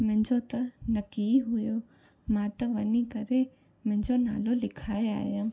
मुंहिंजो त नकी हुओ मां त वञी करे मुंहिंजो नालो लिखाए आयमि